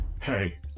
Hey